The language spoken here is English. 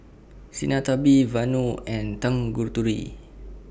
Sinnathamby Vanu and Tanguturi